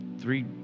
three